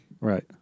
Right